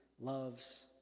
loves